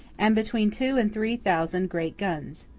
and between two and three thousand great guns.